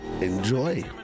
enjoy